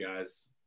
guys